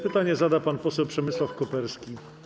Pytanie zada pan poseł Przemysław Koperski.